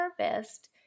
harvest